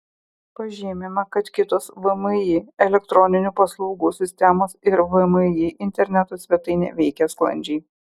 pažymima kad kitos vmi elektroninių paslaugų sistemos ir vmi interneto svetainė veikia sklandžiai